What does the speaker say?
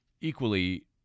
equally